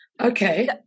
Okay